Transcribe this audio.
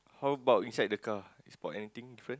how about inside the car spot anything different